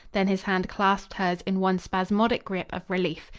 then his hand clasped hers in one spasmodic grip of relief.